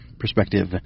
perspective